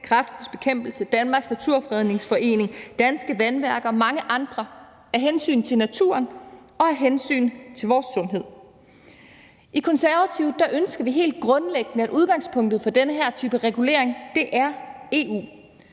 Kræftens Bekæmpelse, Danmarks Naturfredningsforening, Danske Vandværker og mange andre – af hensyn til naturen og af hensyn til vores sundhed. I Konservative ønsker vi helt grundlæggende, at udgangspunktet for den her type regulering er EU.